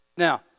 Now